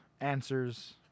answers